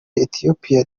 etiyopiya